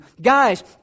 Guys